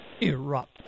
erupt